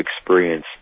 experience